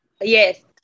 Yes